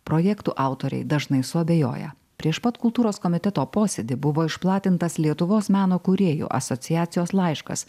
projektų autoriai dažnai suabejoja prieš pat kultūros komiteto posėdį buvo išplatintas lietuvos meno kūrėjų asociacijos laiškas